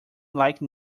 like